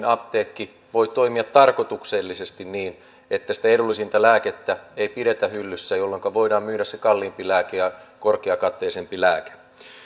apteekki voi toimia tarkoituksellisesti niin että sitä edullisinta lääkettä ei pidetä hyllyssä jolloinka voidaan myydä se kalliimpi ja korkeakatteisempi lääke